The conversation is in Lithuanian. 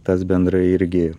tas bendrai irgi